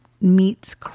meets